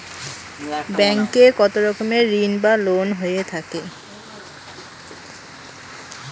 Bank এ কত রকমের ঋণ বা লোন হয়ে থাকে?